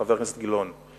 חבר הכנסת גילאון,